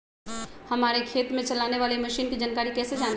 हमारे खेत में चलाने वाली मशीन की जानकारी कैसे जाने?